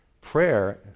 Prayer